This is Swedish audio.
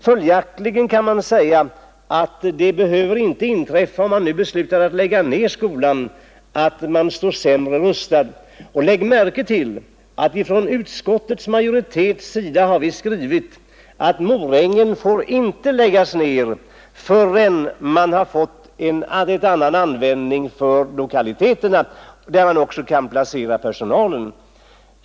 Följaktligen kan det inte anföras att ett beslut om att nu lägga ned skolan skulle medföra att man står sämre rustad. Lägg märke till att utskottets majoritet har skrivit att Morängen inte får läggas ned, förrän man har fått en annan användning för lokaliteterna och personalen kan placeras där.